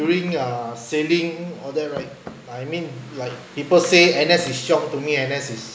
during ah sailing all that right I mean like people say N_S is shiok to me N_S is